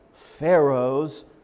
pharaoh's